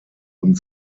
und